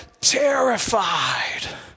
terrified